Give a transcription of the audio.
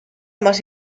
más